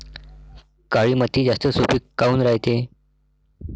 काळी माती जास्त सुपीक काऊन रायते?